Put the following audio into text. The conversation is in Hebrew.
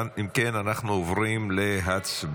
אם כן, אנחנו עוברים להצבעה.